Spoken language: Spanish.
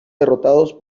derrotados